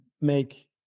make